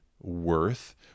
worth